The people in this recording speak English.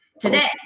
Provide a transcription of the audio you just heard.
today